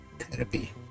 Therapy